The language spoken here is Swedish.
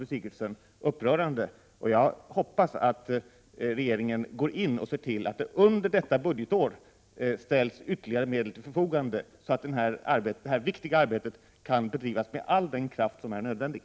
Det är upprörande, fru Sigurdsen, och jag hoppas att regeringen ser till att det under detta budgetår ställs ytterligare medel till förfogande, så att detta viktiga arbete kan bedrivas med all den kraft som är nödvändig.